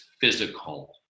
physical